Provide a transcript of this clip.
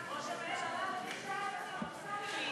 ראש הממשלה,